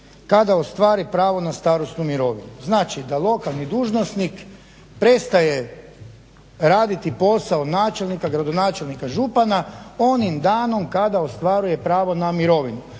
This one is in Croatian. kada ostvari pravo na starosnu mirovinu, znači da lokalni dužnosnik prestaje raditi posao načelnika, gradonačelnika, župana onim danom kada ostvaruje pravo na mirovinu,